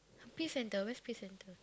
Peace-Centre where's Peace-Centre